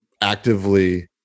actively